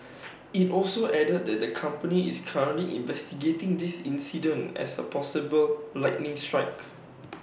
IT also added that the company is currently investigating this incident as A possible lightning strike